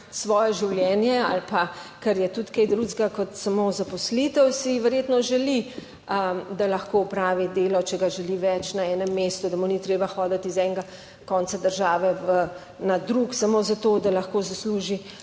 svoje življenje ali pa kar je tudi kaj drugega kot samo zaposlitev, si verjetno želi, da lahko opravi delo, če ga želi več na enem mestu, da mu ni treba hoditi iz enega konca države na drug samo zato, da lahko zasluži